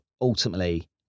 ultimately